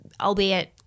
albeit